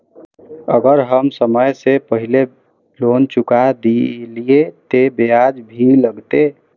अगर हम समय से पहले लोन चुका देलीय ते ब्याज भी लगते?